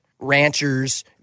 Ranchers